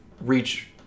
reach